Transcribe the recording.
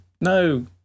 No